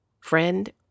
friend